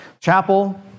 chapel